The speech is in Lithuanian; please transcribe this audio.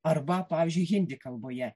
arba pavyzdžiui hindi kalboje